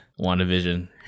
WandaVision